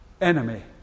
enemy